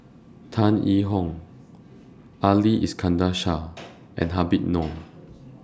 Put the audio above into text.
Tan Yee Hong Ali Iskandar Shah and Habib Noh